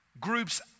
groups